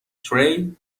تریل